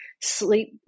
Sleep